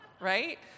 right